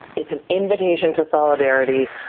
it's an invitation to solidarity.